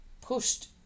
pushed